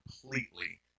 completely